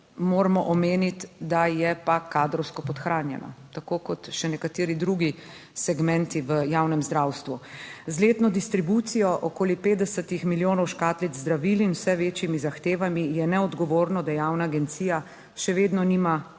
moramo omeniti, da je pa kadrovsko podhranjena, tako kot še nekateri drugi segmenti v javnem zdravstvu. Z letno distribucijo okoli 50 milijonov škatlic zdravil in vse večjimi zahtevami je neodgovorno, da javna agencija še vedno nima